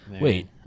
Wait